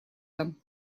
дом